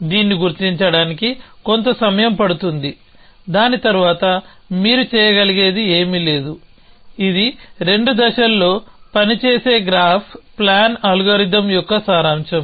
దీన్ని గుర్తించడానికి కొంత సమయం పడుతుంది దాని తర్వాత మీరు చేయగలిగేది ఏమీ లేదు ఇది రెండు దశల్లో పనిచేసే గ్రాఫ్ ప్లాన్ అల్గోరిథం యొక్క సారాంశం